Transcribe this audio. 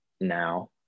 now